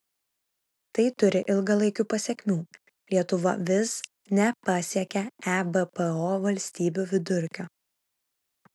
tai turi ilgalaikių pasekmių lietuva vis nepasiekia ebpo valstybių vidurkio